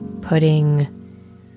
putting